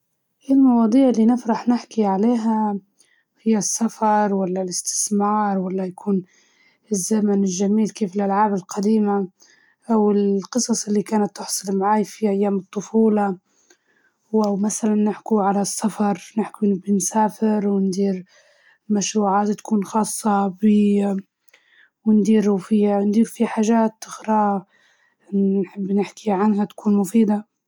نحب نتكلم عن السفر، وتطوير الذات، ومرات عن الموضة والكتب اللي نقرأها، وأحيانا عن السفر، و أحيانا عن ال موسيقى، وأحيانا عن المشاهير.